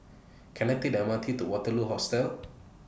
Can I Take The M R T to Waterloo Hostel